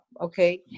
Okay